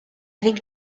think